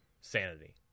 Sanity